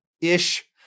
ish